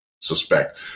suspect